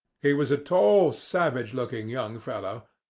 he was a tall, savage-looking young fellow,